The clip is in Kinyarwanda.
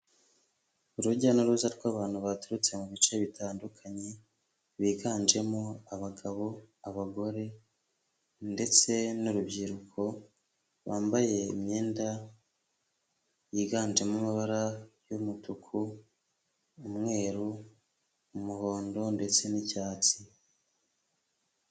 Urujya n'uruza rw'abantu baturutse mu bice bitandukanye, biganjemo abagabo, abagore ndetse n'urubyiruko, bambaye imyenda yiganjemo amabara y'umutuku, umweru, umuhondo ndetse n'icyatsi.